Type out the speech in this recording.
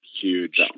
huge